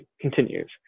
continues